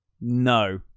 No